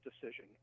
decision